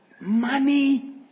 money